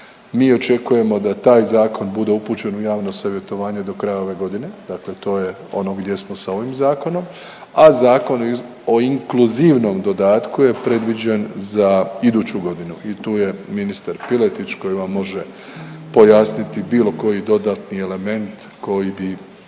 mi očekujemo da taj Zakon bude upućen u javno savjetovanje do kraja ove godine, dakle to je ono gdje smo s ovim Zakonom, a Zakon o inkluzivnom dodatku je predviđen za iduću godinu i tu je ministar Piletić koji vam može pojasniti bilo koji dodatni element koji bi